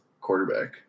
quarterback